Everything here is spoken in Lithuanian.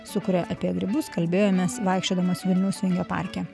sukuria apie grybus kalbėjomės vaikščiodamas vilniaus vingio parke